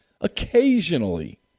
Occasionally